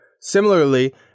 Similarly